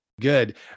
Good